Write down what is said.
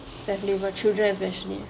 exactly for children especially